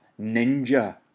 ninja